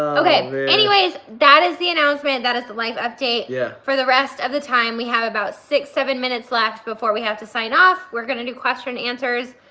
anyways, that is the announcement. that is the life update. yeah for the rest of the time, we have about six, seven minutes left before we have to sign off. we're gonna do question and answers.